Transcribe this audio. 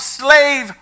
slave